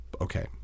okay